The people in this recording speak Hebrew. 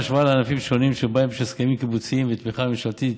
בהשוואה לענפים שונים שבהם יש הסכמים קיבוציים ותמיכה ממשלתית,